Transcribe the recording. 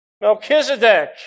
Melchizedek